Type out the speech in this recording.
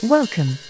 Welcome